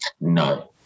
No